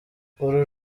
uru